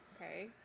okay